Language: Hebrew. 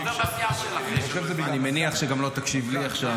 אני לא מפריע לכם.